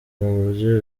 uburyo